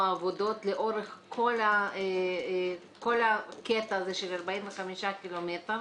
העבודות לאורך כל הקטע הזה של 45 ק"מ,